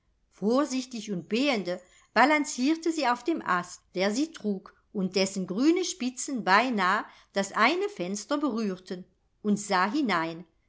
vorsichtig und behende balancierte sie auf dem ast der sie trug und dessen grüne spitzen beinahe das eine fenster berührten und sah hinein